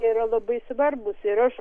yra labai svarbūs ir aš